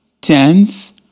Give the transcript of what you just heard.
tens